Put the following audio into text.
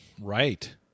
Right